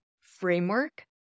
framework